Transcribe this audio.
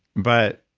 but